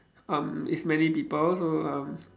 um it's many people so um